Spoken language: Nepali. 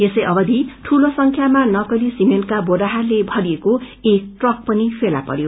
यसै अवधि दूलो संख्यामा नकली सिमेन्टका बोराहरूले भरिएको एक ट्रक पनि फेला पन्यो